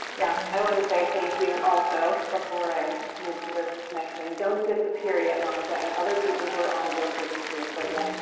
yeah, i want to say thank you also before i move to this next thing. don't disappear yet, monica, and other people who are on, don't disappear quite yet,